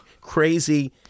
crazy